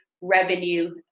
revenue